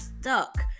stuck